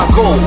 go